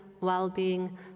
well-being